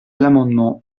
l’amendement